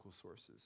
sources